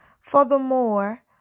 Furthermore